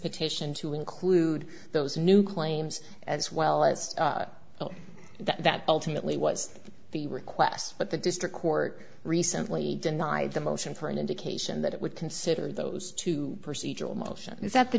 petition to include those new claims as well as that ultimately was the request but the district court recently denied the motion for an indication that it would consider those to proceed almost is that the